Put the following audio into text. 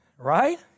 right